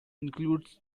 includes